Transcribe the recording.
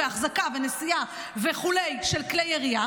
החזקה ונשיאה וכו' של כלי ירייה,